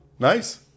Nice